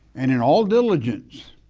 and in all diligence